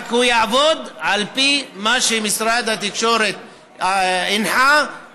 רק יעבוד על פי מה שמשרד התקשורת הנחה,